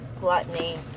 gluttony